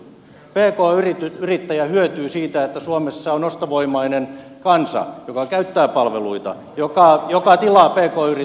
pk yrittäjä hyötyy siitä että suomessa on ostovoimainen kansa joka käyttää palveluita joka tilaa pk yritykseltä palveluita